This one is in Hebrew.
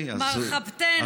מרחבתיין, אדוני.